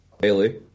Bailey